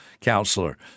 counselor